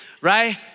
right